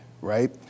right